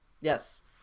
Yes